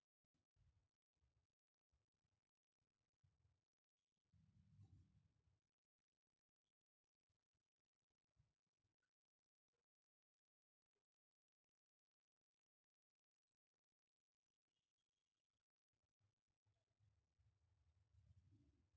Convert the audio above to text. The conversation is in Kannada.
ನೈಸರ್ಗಿಕ ಬೆಳೆಯ ಬೆಳವಣಿಗೆ ಚೊಲೊ ಏನ್ರಿ?